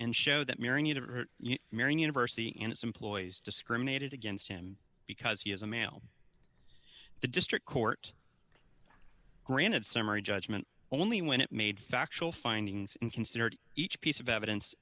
and show that marion university and its employees discriminated against him because he is a male the district court granted summary judgment only when it made factual findings and considered each piece of evidence